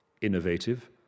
innovative